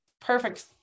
perfect